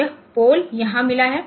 तो आपको यह पोल यहां मिला है